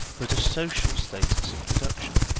but a social status in production.